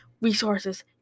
resources